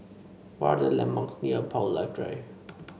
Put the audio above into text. what are the landmarks near Paul Little Drive